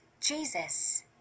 Jesus